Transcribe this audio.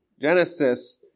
Genesis